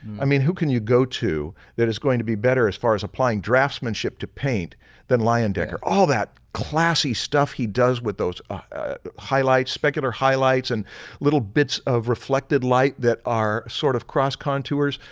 i mean who can you go to that it's going to be better as far as applying draftsmanship to paint than leyendecker. all that classy stuff he does with those highlights, specular highlights and little bits of reflected light that are sort of cross contours,